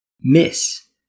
Miss